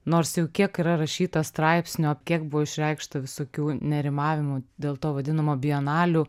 nors jau kiek yra rašyta straipsnių kiek buvo išreikšta visokių nerimavimų dėl to vadinamo bienalių